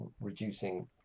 Reducing